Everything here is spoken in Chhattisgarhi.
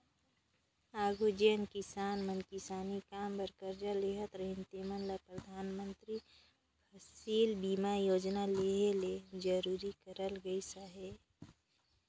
आघु जेन किसान मन किसानी काम बर करजा लेहत रहिन तेमन ल परधानमंतरी फसिल बीमा योजना लेहे ले जरूरी करल गइस अहे